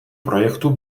projektu